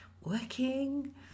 working